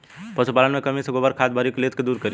पशुपालन मे कमी से गोबर खाद के भारी किल्लत के दुरी करी?